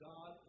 God